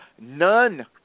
none